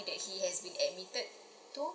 that he has been admitted to